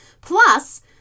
Plus